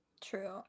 true